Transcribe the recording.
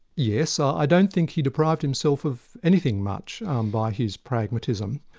yes, i don't think he deprived himself of anything much by his pragmatism.